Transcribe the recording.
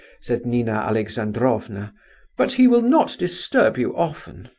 said nina alexandrovna but he will not disturb you often.